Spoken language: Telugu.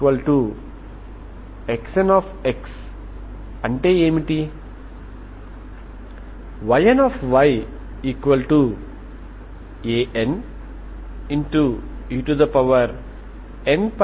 మీ vnxyXnx అంటే ఏమిటి YnyAnenπbxBne nπbx